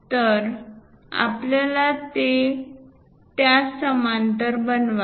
तर आपण ते त्यास समांतर बनवावे